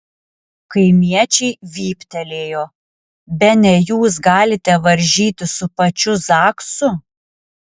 kaimiečiai vyptelėjo bene jūs galite varžytis su pačiu zaksu